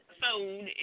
phone